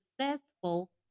successful